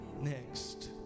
next